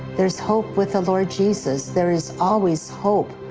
there is hope with the lord jesus. there is always hope.